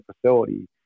facility